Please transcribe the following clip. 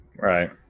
Right